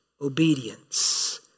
obedience